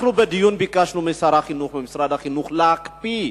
בדיון ביקשנו משר החינוך וממשרד החינוך להקפיא,